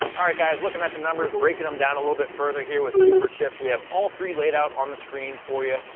all right guys, looking at the numbers, breaking them down a little bit further here with superchips, we have all three laid out on the screen for you.